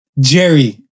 Jerry